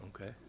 okay